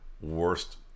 worst